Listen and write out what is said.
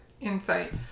insight